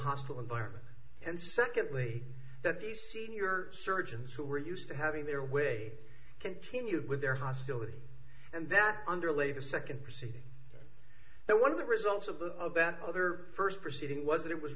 hostile environment and secondly that these senior surgeons who were used to having their way continued with their hostility and that underlay the second proceed that one of the results of the bad other first proceeding was that it was